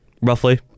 roughly